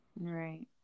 right